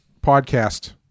podcast